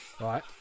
Right